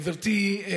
גברתי,